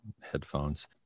headphones